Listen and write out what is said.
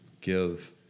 give